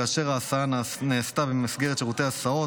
או כאשר ההסעה נעשתה במסגרת שירותי הסעות,